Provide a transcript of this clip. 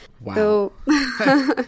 Wow